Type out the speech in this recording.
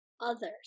others